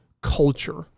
culture